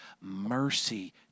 mercy